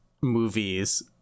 movies